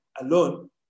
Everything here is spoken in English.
alone